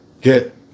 get